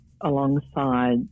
alongside